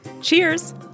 Cheers